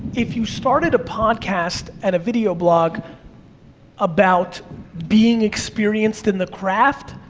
if you started a podcast and a video blog about being experienced in the craft,